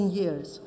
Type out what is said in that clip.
years